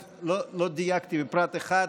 אני רק לא דייקתי בפרט אחד,